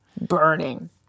burning